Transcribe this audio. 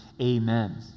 amen